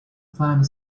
planet